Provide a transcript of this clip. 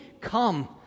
Come